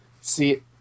See